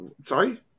Sorry